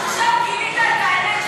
עכשיו גילית את האמת,